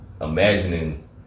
imagining